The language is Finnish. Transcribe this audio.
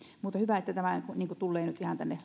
mutta hyvä että tämä tulee nyt ihan tänne